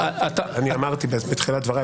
אני אמרתי בתחילת דבריי,